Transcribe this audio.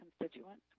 constituents